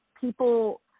people